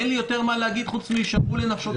אין לי יותר מה להגיד חוץ מ"והישמרו לנפשותיכם".